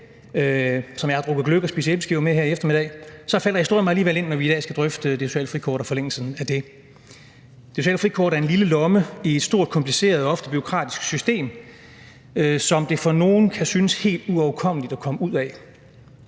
som jeg har af drukket gløgg og spist æbleskiver med her i eftermiddag, så falder historien mig alligevel ind, når vi her skal drøfte det sociale frikort og forlængelsen af det. Det sociale frikort er en lille lomme i et stort, kompliceret og ofte bureaukratisk system, som det for nogle kan synes helt uoverkommeligt at komme ud af.